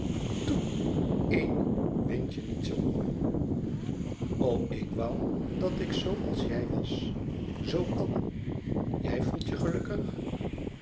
wind je niet zoo op o ik woû dat ik zoo als jij was zoo kalm je voelt je gelukkig